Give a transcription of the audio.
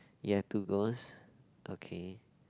ya two girls okay